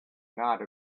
not